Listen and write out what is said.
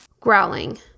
Growling